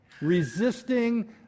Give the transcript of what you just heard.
resisting